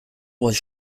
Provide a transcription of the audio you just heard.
was